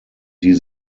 die